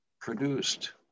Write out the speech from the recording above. produced